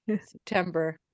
September